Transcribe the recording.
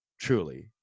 Truly